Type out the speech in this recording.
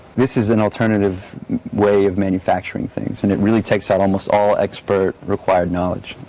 this is an alternative way of manufacturing things and it really takes out almost all expert required knowledge.